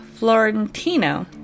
Florentino